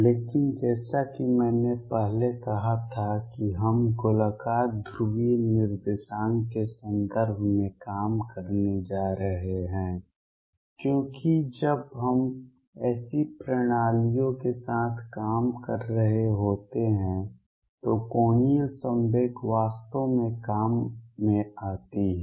लेकिन जैसा कि मैंने पहले कहा था कि हम गोलाकार ध्रुवीय निर्देशांक के संदर्भ में काम करने जा रहे हैं क्योंकि जब हम ऐसी प्रणालियों के साथ काम कर रहे होते हैं तो कोणीय संवेग वास्तव में काम में आती है